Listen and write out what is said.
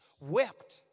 wept